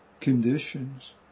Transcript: conditions